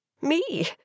Me